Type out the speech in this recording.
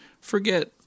Forget